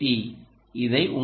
D இதை இங்கே